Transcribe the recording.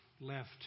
left